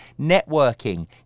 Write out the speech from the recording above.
Networking